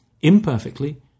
imperfectly